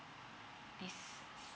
this